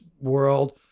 world